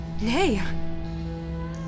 Nay